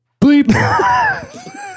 bleep